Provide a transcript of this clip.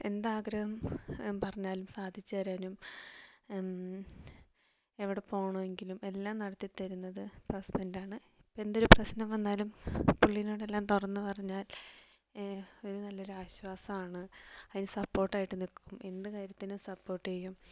എന്ത് ആഗ്രഹം പറഞ്ഞാലും സാധിച്ചു തരാനും എവിടെ പോകണമെങ്കിലും എല്ലാം നടത്തിത്തരുന്നത് ഹസ്ബന്റ് ആണ് ഇപ്പോൾ എന്തൊരു പ്രശ്നം വന്നാലും പുള്ളിനോട് എല്ലാം തുറന്നു പറഞ്ഞാൽ ഒരു നല്ലൊരു ആശ്വാസമാണ് അതിന് സപ്പോർട്ട് ആയിട്ട് നിൽക്കും എന്ത് കാര്യത്തിനും സപ്പോർട്ട് ചെയ്യും